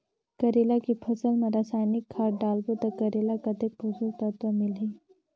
करेला के फसल मा रसायनिक खाद डालबो ता करेला कतेक पोषक तत्व मिलही?